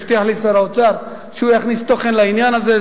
הבטיח לי שר האוצר שהוא יכניס תוכן לעניין הזה,